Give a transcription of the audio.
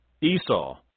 Esau